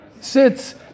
sits